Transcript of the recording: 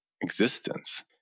existence